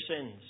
sins